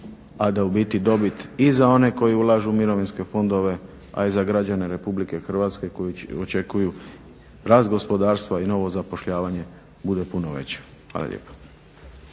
a da u biti dobit i za one koji ulažu u mirovinske fondove a i za građane Republike Hrvatske koji očekuju rast gospodarstva i novo zapošljavanje bude puno veća. Hvala lijepa.